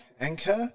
Anchor